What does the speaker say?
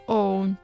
own